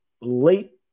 late